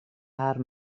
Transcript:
haar